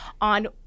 on